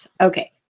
Okay